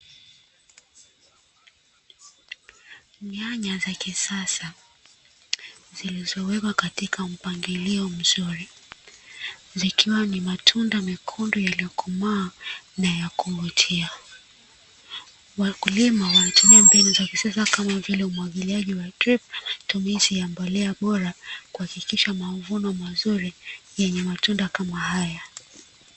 Nyanya za kisasa zilizowekwa katika mpangilio mzuri, zikiwa ni matunda mekundu yaliyokomaa na ya kuvutia. Wakulima wanatumia mbinu za kisasa kama vile umwagiliaji wa dripu na matumizi ya mbolea bora kuhakikisha mavuno mazuri yenye matunda kama haya.